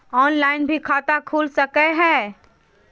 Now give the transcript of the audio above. Online भी खाता खूल सके हय?